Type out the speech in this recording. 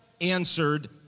answered